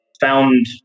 found